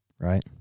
right